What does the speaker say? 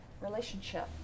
relationship